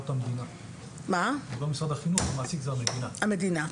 המעסיק זה המדינה.